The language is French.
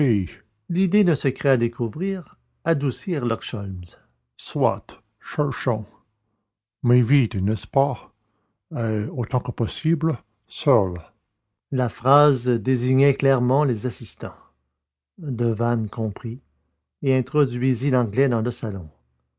l'idée d'un secret à découvrir adoucit herlock sholmès soit cherchons mais vite n'est-ce pas et autant que possible seuls la phrase désignait clairement les assistants devanne comprit et introduisit l'anglais dans le salon